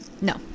No